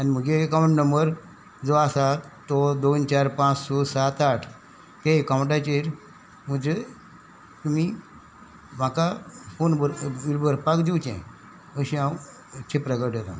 आनी म्हजे account number जो आसा तो दोन चार पांच स सात आट ते एकाउंटाचेर म्हजे तुमी म्हाका फोन भर बील भरपाक दिवचे अशें हांव इच्छ प्रकट येतां